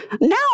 now